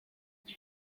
iyi